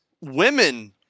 women